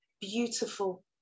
beautiful